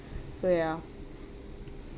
so ya